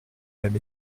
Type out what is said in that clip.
même